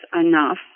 enough